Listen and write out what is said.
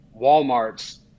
Walmart's